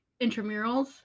intramurals